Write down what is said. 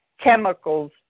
chemicals